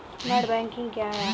Net banking क्या है?